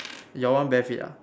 your one bare feet ah